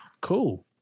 cool